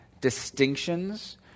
distinctions